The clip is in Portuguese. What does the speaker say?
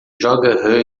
joga